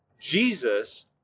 Jesus